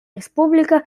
республика